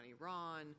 Iran